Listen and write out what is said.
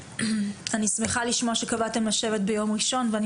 אני שמחה לשמוע שקבעתם לשבת ביום ראשון ואני